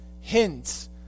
Hints